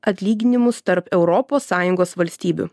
atlyginimus tarp europos sąjungos valstybių